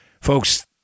folks